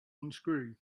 unscrew